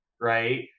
Right